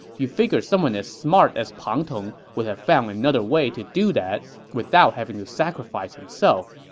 you figure someone as smart as pang tong would have found another way to do that without having to sacrifice himself.